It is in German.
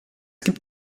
gibt